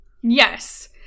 Yes